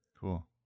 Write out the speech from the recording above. Cool